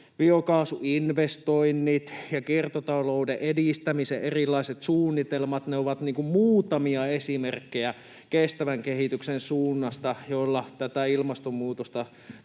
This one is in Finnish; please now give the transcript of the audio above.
biokaasuinvestoinnit ja kiertotalouden edistämisen erilaiset suunnitelmat. Ne ovat muutamia esimerkkejä kestävän kehityksen suunnasta, jolla ilmastonmuutosta